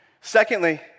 Secondly